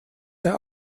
der